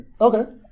Okay